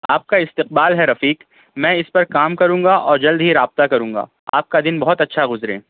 آپ کا استقبال ہے رفیق میں اس پر کام کروں گا اور جلد ہی رابطہ کروں گا آپ کا دن بہت اچھا گزرے